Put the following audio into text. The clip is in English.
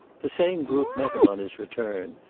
the same group met him on his return,